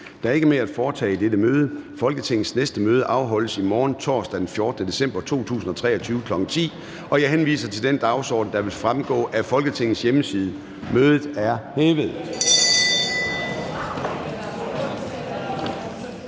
Der er ikke mere at foretage i dette møde. Folketingets næste møde afholdes i morgen, torsdag den 14. december 2023, kl. 10.00. Jeg henviser til den dagsorden, der vil fremgå af Folketingets hjemmeside. Mødet er hævet.